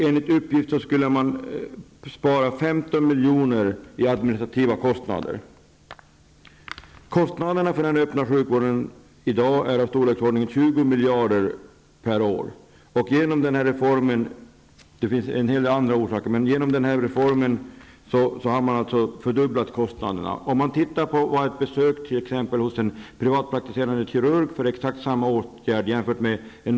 Enligt uppgift skulle man spara 15 miljoner i administrativa kostnader. Kostnaderna för den öppna sjukvården i dag är i storleksordningen 20 miljarder per år. Genom bl.a. denna reform har kostnaderna fördubblats. Ett besök hos en privatpraktiserande kirurg kostar i snitt 300--350 kr.